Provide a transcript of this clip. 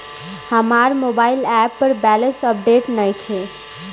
हमार mobile app पर balance update नइखे